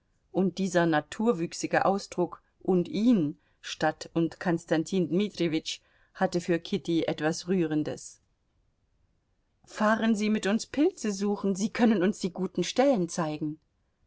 und dieser naturwüchsige ausdruck und ihn statt und konstantin dmitrijewitsch hatte für kitty etwas rührendes fahren sie mit uns pilze suchen sie können uns die guten stellen zeigen